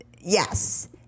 yes